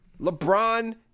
LeBron